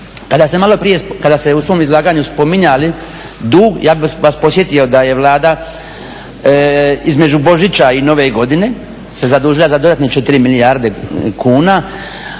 Kada ste u svom izlaganju spominjali dug ja bih vas podsjetio da je Vlada između Božića i Nove godine se zadužila za dodatne 4 milijarde kuna,